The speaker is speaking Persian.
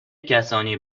کسانی